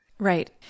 Right